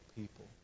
people